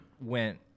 went